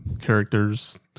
Characters